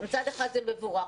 מצד אחד זה מבורך,